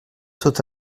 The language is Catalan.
tot